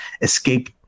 escape